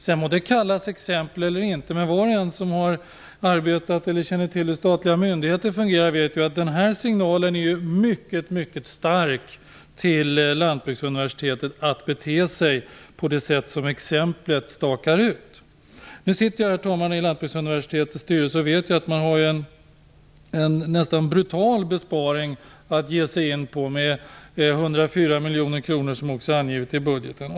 Sedan må det kallas exempel eller inte. Var och en som har arbetat i eller känner hur till statliga myndigheter fungerar vet att signalen är mycket stark till Lantbruksuniversitetet att bete sig på det sätt som exemplet stakar ut. Herr talman! Jag sitter i Lantbruksuniversitetets styrelse och vet att man skall göra en nästan brutal besparing med 104 miljoner kronor, som också är angivet i budgeten.